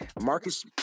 Marcus